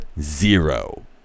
zero